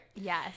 Yes